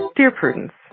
dear prudence,